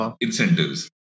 incentives